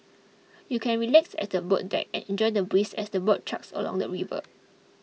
you can relax at the boat deck and enjoy the breeze as the boat chugs along the river